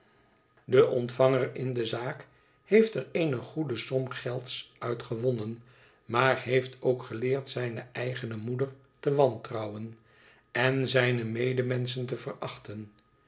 de ontvanger in de zaak heeft er eene goede som gelds uit gewonnen maar heeft ook geleerd zijne eigene moeder te wantrouwen en zijne medemenschen te verachten